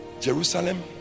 Jerusalem